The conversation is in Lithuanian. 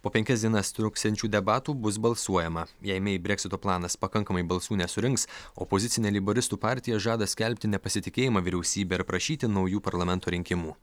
po penkias dienas truksiančių debatų bus balsuojama jei mei breksito planas pakankamai balsų nesurinks opozicinė leiboristų partija žada skelbti nepasitikėjimą vyriausybe ir prašyti naujų parlamento rinkimų